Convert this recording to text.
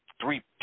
three